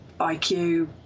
IQ